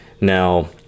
now